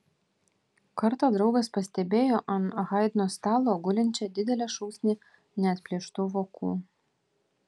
kartą draugas pastebėjo ant haidno stalo gulinčią didelę šūsnį neatplėštų vokų